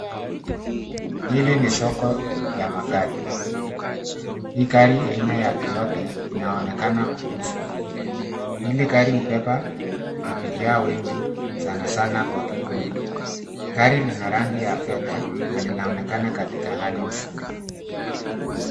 Hili ni soko ya magari. Hii gari aina ya Toyota inaonekana kuuzwa. Hili gari hubeba abiria wengi sanasana kwa kikundi. Gari lina rangi ya fedha na linaonekana katika hali nzuri.